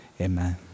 Amen